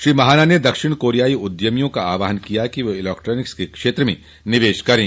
श्री महाना ने दक्षिण कोरियाई उद्यमियों का आहवान किया है कि वे इलेक्ट्रानिक क्षेत्र में निवेश करे